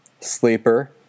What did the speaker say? Sleeper